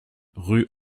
rue